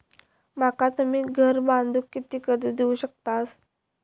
माका तुम्ही घर बांधूक किती कर्ज देवू शकतास?